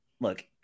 Look